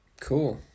Cool